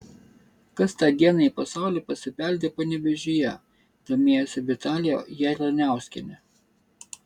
kas tą dieną į pasaulį pasibeldė panevėžyje domėjosi vitalija jalianiauskienė